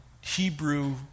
Hebrew